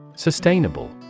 Sustainable